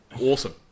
awesome